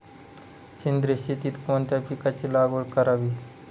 सेंद्रिय शेतीत कोणत्या पिकाची लागवड करावी?